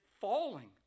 falling